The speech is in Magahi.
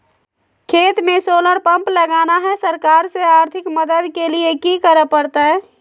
खेत में सोलर पंप लगाना है, सरकार से आर्थिक मदद के लिए की करे परतय?